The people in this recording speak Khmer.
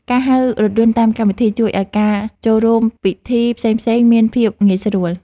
ការហៅរថយន្តតាមកម្មវិធី ជួយឱ្យការចូលរួមពិធីផ្សេងៗមានភាពងាយស្រួល។